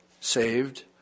saved